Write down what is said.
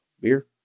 Beer